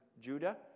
Judah